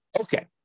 Okay